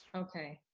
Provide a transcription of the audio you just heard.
okay,